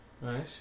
Nice